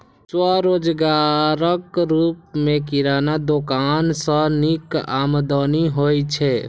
स्वरोजगारक रूप मे किराना दोकान सं नीक आमदनी होइ छै